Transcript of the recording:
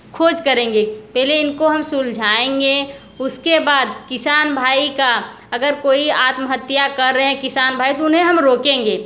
खोज करेंगे पहले इनको हम सुलझाएंगे उसके बाद किसान भाई का अगर कोई आत्महत्या कर रहे हैं किसान भाई तो उन्हें हम रोकेंगे